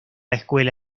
escuela